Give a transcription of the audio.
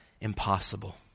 impossible